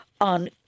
on